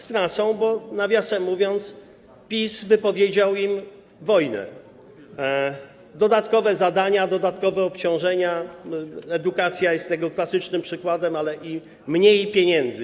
Stracą, bo nawiasem mówiąc, PiS wypowiedział im wojnę: dodatkowe zadania, dodatkowe obciążenia - edukacja jest tego klasycznym przykładem - ale i mniej pieniędzy.